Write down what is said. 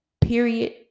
period